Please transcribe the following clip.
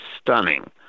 stunning